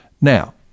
Now